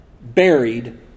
buried